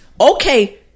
Okay